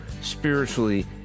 spiritually